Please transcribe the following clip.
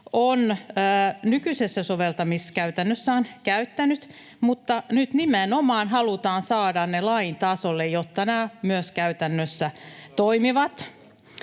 on nykyisessä soveltamiskäytännössään käyttänyt, mutta nyt nimenomaan halutaan saada ne lain tasolle, jotta nämä myös käytännössä toimivat.